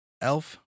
Elf